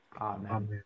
Amen